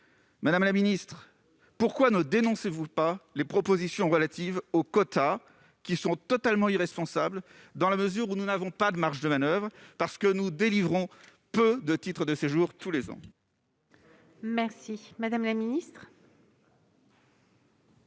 Madame la ministre, pourquoi ne dénoncez-vous pas les propositions relatives aux quotas, totalement irresponsables, dans la mesure où nous n'avons pas de marge de manoeuvre, puisque nous délivrons peu de titres de séjour tous les ans ? Pourtant, 220 000 titres